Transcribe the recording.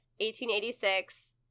1886